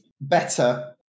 better